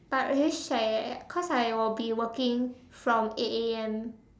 but very shag eh because I will be working from eight A_M